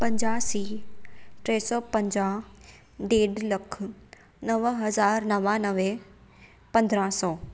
पंजासी टे सौ पंजाहु ॾेढु लख नव हज़ार नवानवे पंद्रहं सौ